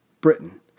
Britain